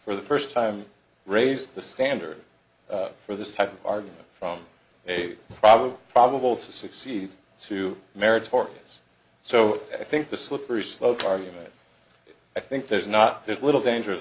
for the first time raise the standard for this type of argument from a problem probable to succeed to meritorious so i think the slippery slope argument i think there's not there's little danger